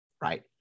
right